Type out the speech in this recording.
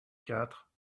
quatre